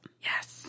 Yes